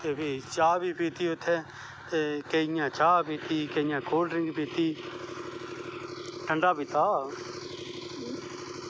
ते फ्ही चाह् बी पीती उत्थें ते केंइयैं चाह् पीती केइयें कोल्ड ड्रिक पीती ठंडा पीता